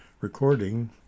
RECORDING